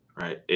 right